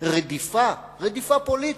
רדיפה, רדיפה פוליטית,